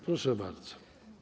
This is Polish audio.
Proszę bardzo.